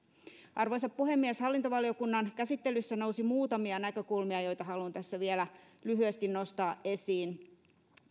arvoisa puhemies hallintovaliokunnan käsittelyssä nousi muutamia näkökulmia joita haluan tässä vielä lyhyesti nostaa esiin